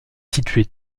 située